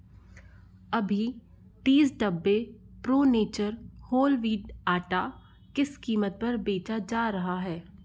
अभी तीस डब्बे प्रो नेचर होल वीट आटा किस कीमत पर बेचा जा रहा है